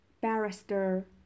barrister